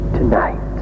tonight